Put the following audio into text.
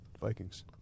Vikings